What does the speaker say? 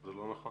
זה לא נכון.